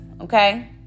okay